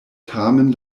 tamen